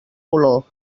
olor